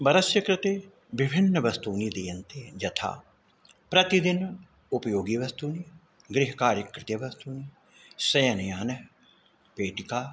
वरस्य कृते विभिन्न वस्तूनि दीयन्ते यथा प्रतिदिन उपयोगि वस्तूनि गृह कार्य कृते वस्तूनि शयनयान पेटिका